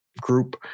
group